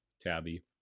Tabby